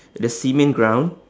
the cement ground